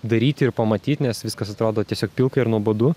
daryti ir pamatyt nes viskas atrodo tiesiog pilka ir nuobodu